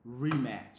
rematch